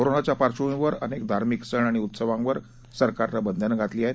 कोरोनाच्या पार्श्वभूमीवर अनेक धार्मिक सण आणि उत्सवांवर सरकारनं बंधनं घातली आहेत